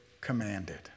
commanded